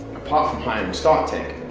apart from hiring startteck,